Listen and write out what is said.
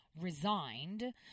resigned